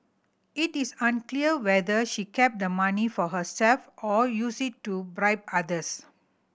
it is unclear whether she kept the money for herself or used it to bribe others